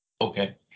Okay